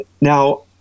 Now